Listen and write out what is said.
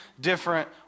different